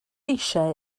eisiau